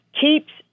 keeps